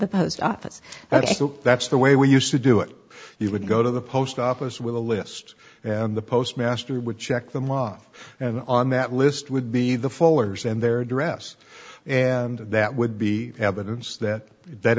office that's look that's the way we used to do it he would go to the post office with a list and the postmaster would check them off and on that list would be the fallers and their address and that would be evidence that that